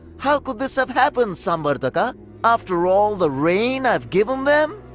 how could this have happened, samvartaka, after all the rain i've given them?